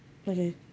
okay